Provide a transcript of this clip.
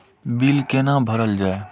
Bill कैना भरल जाय?